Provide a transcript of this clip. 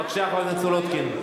בבקשה, חברת הכנסת סולודקין.